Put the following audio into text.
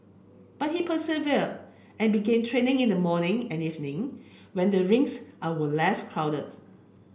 but he persevered and began training in the morning and evening when the rinks are were less crowded